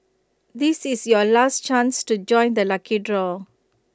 this is your last chance to join the lucky draw